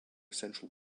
central